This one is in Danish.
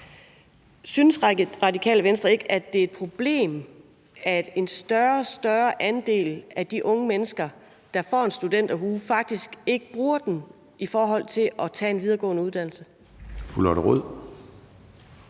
Synes Radikale Venstre ikke, at det er et problem, at en større og større andel af de unge mennesker, der får en studenterhue, faktisk ikke bruger den i forhold til at tage en videregående uddannelse? Kl.